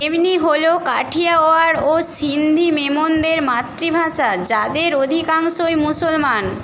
মেমনি হল কাথিয়াওয়াড় ও সিন্ধি মেমনদের মাতৃভাষা যাদের অধিকাংশই মুসলমান